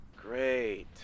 Great